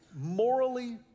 morally